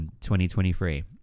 2023